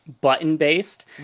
button-based